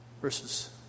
Verses